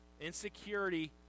Insecurity